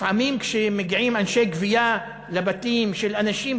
לפעמים כשמגיעים אנשי גבייה לבתים של אנשים